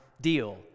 deal